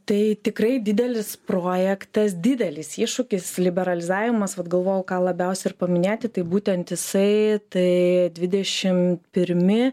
tai tikrai didelis projektas didelis iššūkis liberalizavimas vat galvojau ką labiausiai ir paminėti tai būtent jisai tai dvidešim pirmi